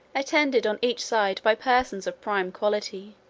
attended on each side by persons of prime quality.